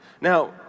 Now